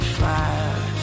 fire